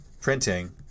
printing